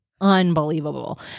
Unbelievable